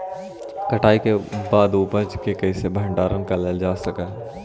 कटाई के बाद उपज के कईसे भंडारण करल जा सक हई?